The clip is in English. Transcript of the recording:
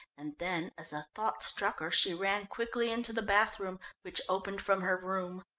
and then as a thought struck her, she ran quickly into the bath-room, which opened from her room.